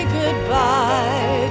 goodbye